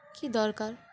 কী দরকার